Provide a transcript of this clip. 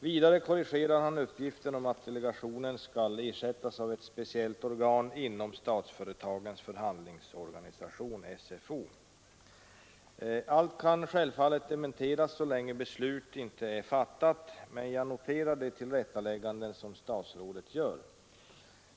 Vidare korrigerar han uppgiften om att delegationen skall ersättas av ett speciellt organ inom Statsföretagens förhandlingsorganisation . Allt kan självfallet dementeras så länge beslut inte är fattat, men jag noterar de tillrättalägganden som statsrådet gör.